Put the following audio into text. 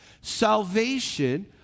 Salvation